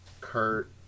Kurt